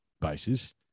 bases